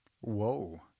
Whoa